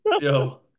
yo